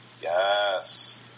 Yes